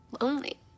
lonely